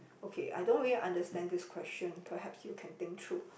okay I don't really understand this question perhaps you can think through